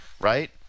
right